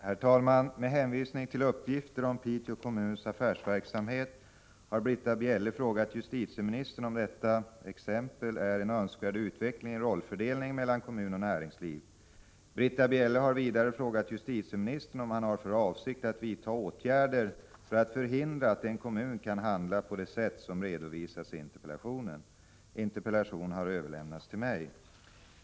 Herr talman! Med hänvisning till uppgifter om Piteå kommuns affärsverksamhet har Britta Bjelle frågat justitieministern om detta exempel är en Önskvärd utveckling i rollfördelningen mellan kommun och näringsliv. Britta Bjelle har vidare frågat justitieministern om han har för avsikt att vidta åtgärder för att förhindra att en kommun kan handla på det sätt som redovisas i interpellationen. Interpellationen har överlämnats till mig.